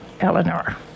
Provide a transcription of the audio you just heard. eleanor